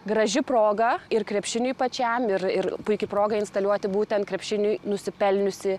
graži proga ir krepšiniui pačiam ir ir puiki proga instaliuoti būtent krepšiniui nusipelniusį